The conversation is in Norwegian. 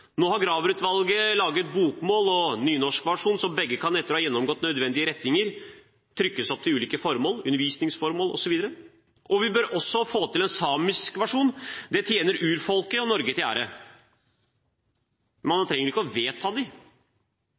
Nå har Graver-utvalget laget bokmålsversjon og nynorskversjon som begge, etter å ha gjennomgått nødvendige rettinger, kan trykkes opp til ulike formål: undervisningsformål osv. Vi bør også få til en samisk versjon, det tjener urfolket og Norge til ære. Men man trenger ikke å vedta